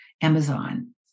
Amazon